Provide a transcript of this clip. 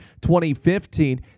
2015